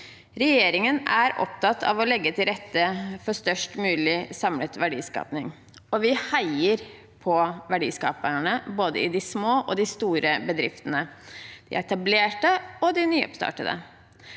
Regjeringen er opptatt av å legge til rette for størst mulig samlet verdiskaping. Vi heier på verdiskaperne i både de små og de store bedriftene, de etablerte og de nyoppstartede.